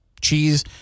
cheese